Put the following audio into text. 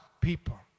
people